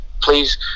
please